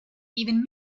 even